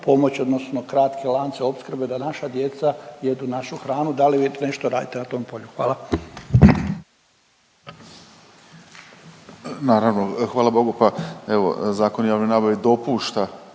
pomoć odnosno kratke lance opskrbe da naša djeca jedu našu hranu, da li vi nešto radite na tom polju? Hvala. **Mandarić, Marin (HDZ)** Naravno, hvala bogu pa evo Zakon o javnoj nabavi dopušta,